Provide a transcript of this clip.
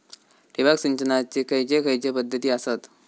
ठिबक सिंचनाचे खैयचे खैयचे पध्दती आसत?